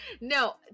No